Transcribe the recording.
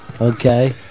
Okay